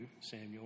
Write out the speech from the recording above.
Samuel